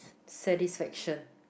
satisfaction